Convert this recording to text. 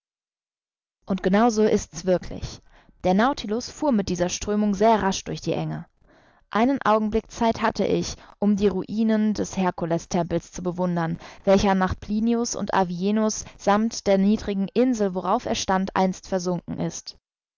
und genau so ist's wirklich der nautilus fuhr mit dieser strömung sehr rasch durch die enge einen augenblick zeit hatte ich um die ruinen des herkulestempels zu bewundern welcher nach plinius und avienus sammt der niedrigen insel worauf er stand einst versunken ist